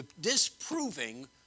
disproving